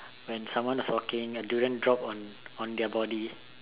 when someone is walking a durian drop on on their body